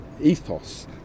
ethos